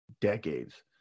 decades